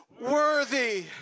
worthy